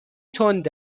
تند